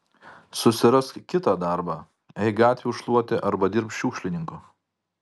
susirask kitą darbą eik gatvių šluoti arba dirbk šiukšlininku